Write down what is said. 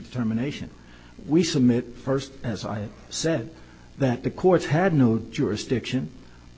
determination we submit first as i said that the court had no jurisdiction